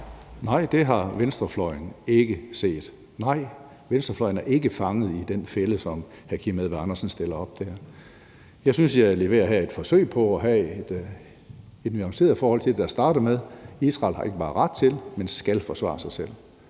Nej, det har venstrefløjen ikke set. Nej, venstrefløjen er ikke fanget i den fælde, som hr. Kim Edberg Andersen stiller op der. Jeg synes, jeg her leverer et forsøg på at have et nuanceret forhold til det, og starter med: Israel har ikke bare ret til, men skal forsvare sig selv.